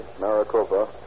Maricopa